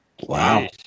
Wow